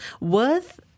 worth